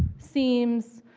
seems,